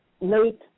Late